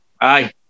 Aye